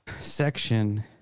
section